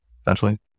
essentially